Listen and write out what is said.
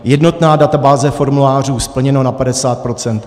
Jednotná databáze formulářů splněno na 50 %.